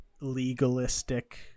legalistic